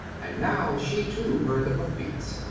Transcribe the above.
and now she, too, heard the hoof-beats.